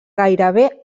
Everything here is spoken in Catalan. gairebé